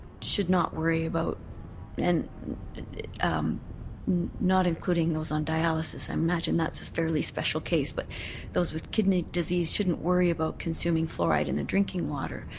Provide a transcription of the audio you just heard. should not worry about and um not including those on dialysis. i imagine that's a fairly special case. but those with kidney disease shouldn't worry about consuming fluoride in drinking water.